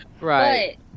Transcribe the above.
right